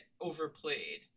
overplayed